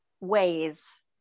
ways